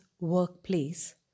workplace